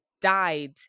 died